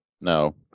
No